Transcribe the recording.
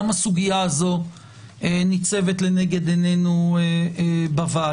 גם הסוגיה הזו ניצבת לנגד עינינו בוועדה.